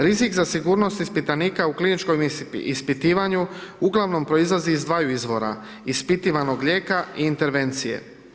Rizik za sigurnost ispitanika u kliničkom ispitivanju uglavnom proizlazi iz 2 izvora, ispitivanog lijeka i intervencije.